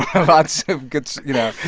lots of good you know,